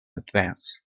advance